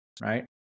Right